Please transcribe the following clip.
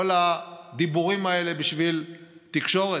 כל הדיבורים האלה בשביל תקשורת?